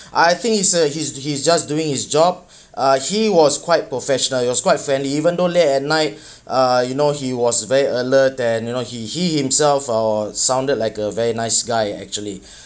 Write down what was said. I think it's a he's he's just doing his job uh he was quite professional was quite friendly even though late at night uh you know he was very alert and you know he he himself uh sounded like a very nice guy actually